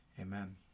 Amen